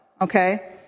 okay